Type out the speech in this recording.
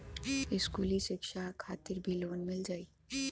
इस्कुली शिक्षा खातिर भी लोन मिल जाई?